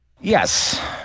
yes